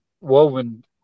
woven